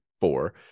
four